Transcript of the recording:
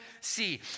see